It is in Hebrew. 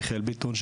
מיכאל ביטון,